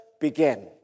began